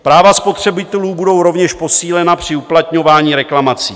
Práva spotřebitelů budou rovněž posílena při uplatňování reklamací.